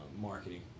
marketing